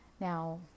Now